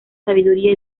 sabiduría